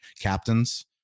captains